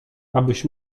abyś